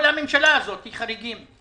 כל הממשלה הזאת היא חריגים.